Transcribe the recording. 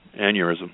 aneurysm